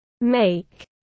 Make